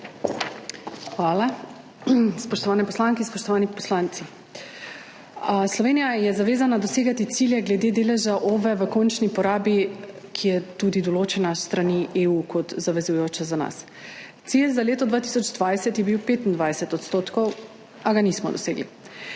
Hvala. Spoštovane poslanke, spoštovani poslanci! Slovenija je zavezana dosegati cilje glede deleža OVE v končni porabi, ki je tudi določena s strani EU kot zavezujoča za nas. Cilj za leto 2020 je bil 25 %, a ga nismo dosegli.